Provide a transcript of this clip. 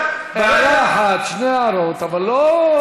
הערה אחת, שתי הערות, אבל לא, בלי הפסקה.